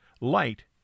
Light